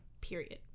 period